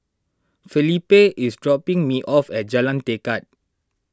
Felipe is dropping me off at Jalan Tekad